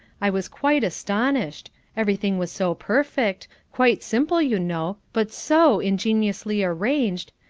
i was quite astonished everything was so perfect quite simple, you know, but so ingeniously arranged,